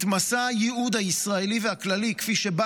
את מסע הייעוד הישראלי והכללי כפי שבא